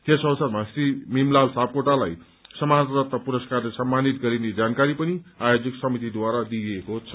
यस अवसरमा श्री मीमलाल सापकोटालाई समाजरत्न पुरस्कारले सम्मानित गरिने जानकारी आयोजक समितिद्वारा दिइएको छ